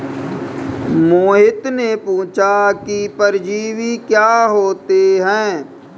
मोहित ने पूछा कि परजीवी क्या होता है?